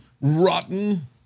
rotten